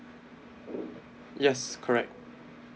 yes correct